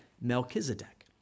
Melchizedek